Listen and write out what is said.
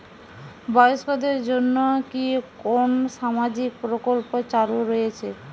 বয়স্কদের জন্য কি কোন সামাজিক প্রকল্প চালু রয়েছে?